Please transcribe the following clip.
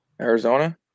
Arizona